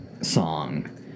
song